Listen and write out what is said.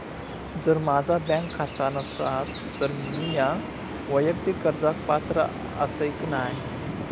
जर माझा बँक खाता नसात तर मीया वैयक्तिक कर्जाक पात्र आसय की नाय?